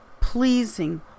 pleasing